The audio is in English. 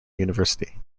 university